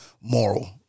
moral